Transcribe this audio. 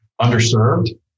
underserved